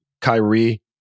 Kyrie